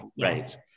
Right